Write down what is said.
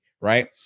Right